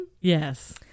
Yes